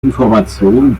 informationen